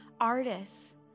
artists